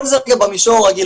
כל זה במישור הרגיל,